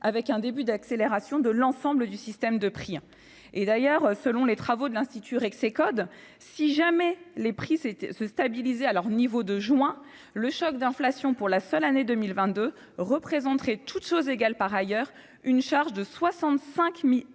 avec un début d'accélération de l'ensemble du système de prix. D'ailleurs, selon les travaux de l'institut Rexecode, si les prix devaient se stabiliser à leur niveau du mois de juin, le choc d'inflation pour la seule année 2022 représenterait, toutes choses égales par ailleurs, une charge de 66 milliards d'euros